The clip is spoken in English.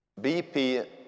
BP